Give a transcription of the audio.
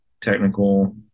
technical